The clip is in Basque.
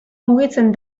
mugitzen